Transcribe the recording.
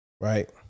right